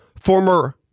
former